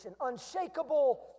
unshakable